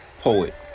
poet